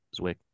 Zwick